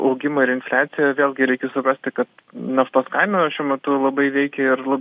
augimą ir infliaciją vėlgi reikia suprasti kad naftos kainą šiuo metu labai veikia ir